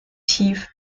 tief